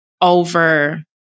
over